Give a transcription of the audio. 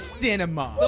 cinema